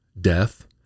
Death